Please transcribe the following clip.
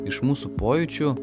iš mūsų pojūčių